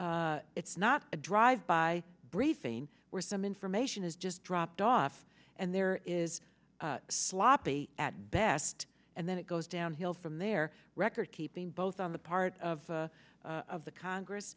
shared it's not a drive by briefing where some information is just dropped off and there is sloppy at best and then it goes downhill from there record keeping both on the part of the congress